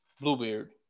Bluebeard